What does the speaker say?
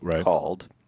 called